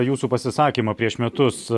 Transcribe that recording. jūsų pasisakymą prieš metus